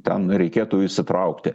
ten reikėtų įsitraukti